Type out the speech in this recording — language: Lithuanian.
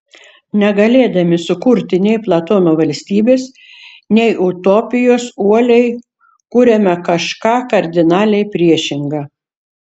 negalėdami sukurti nei platono valstybės nei utopijos uoliai kuriame kažką kardinaliai priešinga